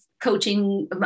coaching